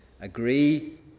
agree